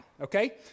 okay